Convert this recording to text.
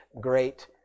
great